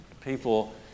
People